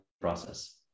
process